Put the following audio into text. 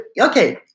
Okay